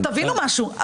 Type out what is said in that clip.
תבינו משהו,